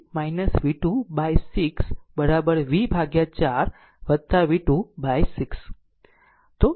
આમ આમ જ તે v3 v2 by 6 v 4 v2 by 6 છે 6